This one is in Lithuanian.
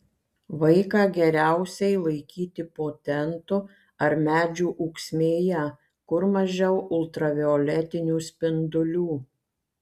vaiką geriausiai laikyti po tentu ar medžių ūksmėje kur mažiau ultravioletinių spindulių